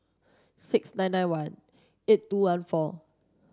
six nine nine one eight two one four